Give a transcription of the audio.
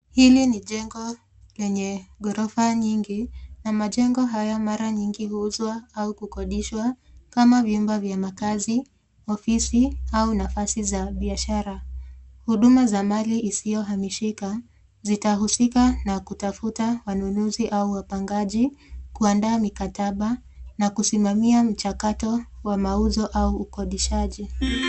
Hili ni jengo lenye ghorofa nyingi na majengo haya mara nyingi huuzwa au kukodishwa kama vyumba vya makazi, ofisi au nafasi za biashara. Huduma za mali isiyohamishika, zitahusika na kutafuta wanunuzi au wapangaji, kuandaa mikataba na kusimamia mchakato wa mauzo au ukodishaji.